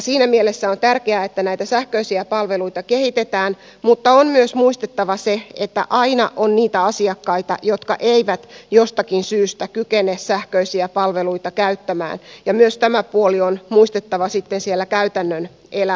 siinä mielessä on tärkeää että näitä sähköisiä palveluita kehitetään mutta on myös muistettava se että aina on niitä asiakkaita jotka eivät jostakin syystä kykene sähköisiä palveluita käyttämään ja myös tämä puoli on muistettava siellä käytännön elämässä